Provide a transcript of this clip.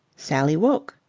sally woke.